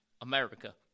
America